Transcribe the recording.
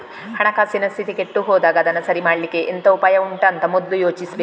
ಹಣಕಾಸಿನ ಸ್ಥಿತಿ ಕೆಟ್ಟು ಹೋದಾಗ ಅದನ್ನ ಸರಿ ಮಾಡ್ಲಿಕ್ಕೆ ಎಂತ ಉಪಾಯ ಉಂಟು ಅಂತ ಮೊದ್ಲು ಯೋಚಿಸ್ಬೇಕು